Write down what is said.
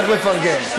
צריך לפרגן.